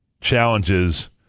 challenges